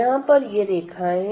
यहां पर ये रेखाएं हैं